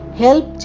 help